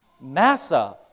Massa